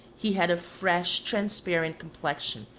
he had a fresh transparent complexion,